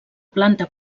planta